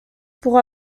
pour